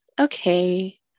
okay